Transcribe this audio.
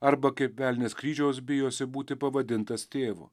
arba kaip velnias kryžiaus bijosi būti pavadintas tėvu